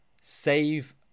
save